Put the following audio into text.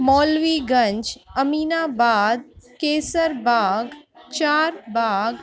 Maulviganj Aminabad Kaiserbagh Charbagh